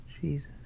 Jesus